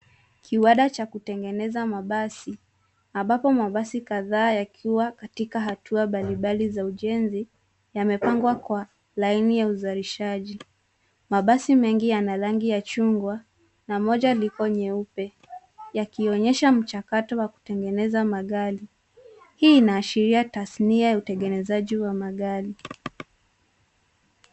Kiwanda cha kutengeneza mabasi ambapo mabasi kadhaa yakiwa katika hatua mbalimbali za ujenzi yamepangwa kwa laini ya uzalishaji. Mabasi mengi yana rangi ya chungwa na moja liko nyeupe, yakionyesha mchakato wa kutengeneza magari. Hii inaashiria tasmia ya utengenezaji wa magari.